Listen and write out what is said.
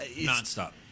Non-stop